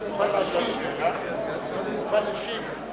אדוני מוכן להשיב?